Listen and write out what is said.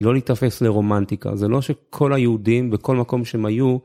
לא להיתפס לרומנטיקה, זה לא שכל היהודים, בכל מקום שהם היו.